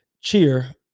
cheer